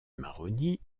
maroni